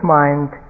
mind